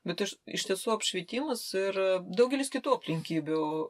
bet iš iš tiesų apšvietimas ir daugelis kitų aplinkybių